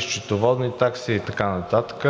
счетоводни такси и така нататък.